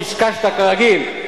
קשקשת כרגיל.